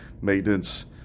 maintenance